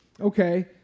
okay